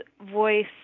voice